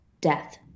death